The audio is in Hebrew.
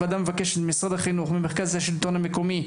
הוועדה מבקשת ממשרד החינוך וממרכז השלטון המקומי,